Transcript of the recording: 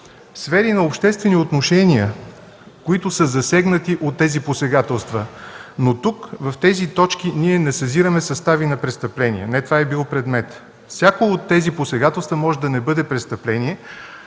сфери на обществени отношения, засегнати от тези посегателства. Но тук, в тези точки, ние не съзираме състави на престъпления, не това е бил предметът. Всяко от тези посегателства може да не бъде престъпление,